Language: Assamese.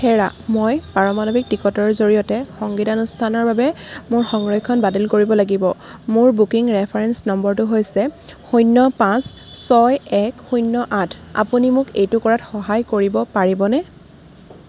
হেৰা মই পাৰমাণৱিক টিকটৰ জৰিয়তে সংগীতানুষ্ঠানৰ বাবে মোৰ সংৰক্ষণ বাতিল কৰিব লাগিব মোৰ বুকিং ৰেফাৰেন্স নম্বৰটো হৈছে শূন্য পাঁচ ছয় এক শূন্য আঠ আপুনি মোক এইটো কৰাত সহায় কৰিব পাৰিবনে